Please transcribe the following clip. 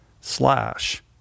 slash